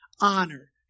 honor